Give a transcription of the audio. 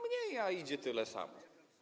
Mniej, a idzie tyle samo.